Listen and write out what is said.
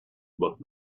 but